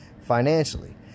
financially